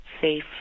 safe